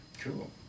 Cool